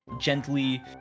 gently